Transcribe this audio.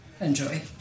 Enjoy